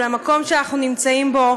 של המקום שאנחנו נמצאים בו,